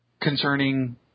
concerning